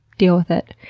deal with it.